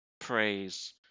praise